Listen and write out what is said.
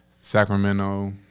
Sacramento